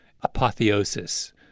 apotheosis